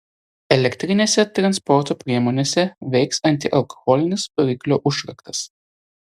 elektrinėse transporto priemonėse veiks antialkoholinis variklio užraktas